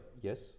Yes